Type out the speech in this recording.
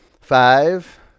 Five